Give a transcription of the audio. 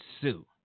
sue